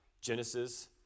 Genesis